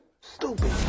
Stupid